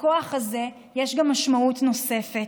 לכוח הזה יש גם משמעות נוספת.